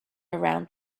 around